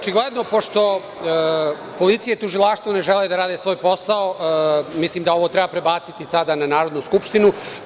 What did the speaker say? Očigledno pošto policija i tužilaštvo ne žele da rade svoj posao, mislim da ovo treba prebaciti sada na Narodnu skupštinu.